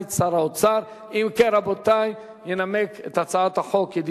חוק פיצוי נפגעי פוליו (תיקון,